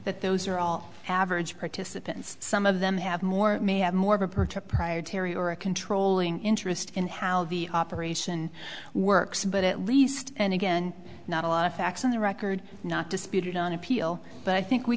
that those are all average participants some of them have more may have more of a protect prior terri or a controlling interest in how the operation works but at least and again not a lot of facts on the record not disputed on appeal but i think we